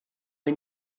neu